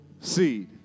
Seed